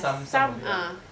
some some of it ah